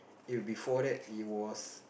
if before that it was